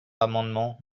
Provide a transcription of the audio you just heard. amendement